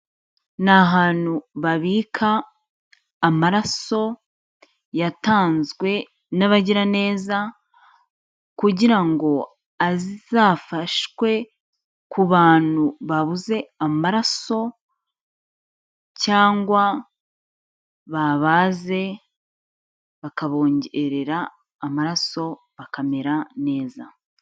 Ni ahantu babika amaraso yatanzwe n'abagiraneza, kugira ngo azafashwe, ku bantu babuze amaraso, cyangwa babaze, bakabongerera amaraso, bakamera neza.